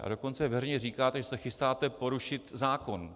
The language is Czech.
A dokonce veřejně říkáte, že se chystáte porušit zákon.